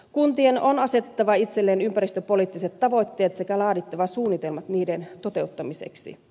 kuntien on asetettava itselleen ympäristöpoliittiset tavoitteet sekä laadittava suunnitelmat niiden toteuttamiseksi